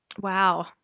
Wow